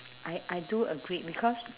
I I do agree because